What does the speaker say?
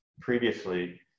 previously